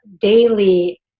daily